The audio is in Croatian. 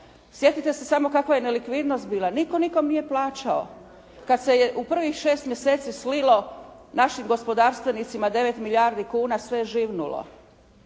Sjetite se samo kakva je nelikvidnost bila, nitko nikome nije plaćao, kada se je u prvih 6 mjeseci slilo našim gospodarstvenicima 9 milijardi kuna sve je živnulo.